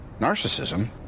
narcissism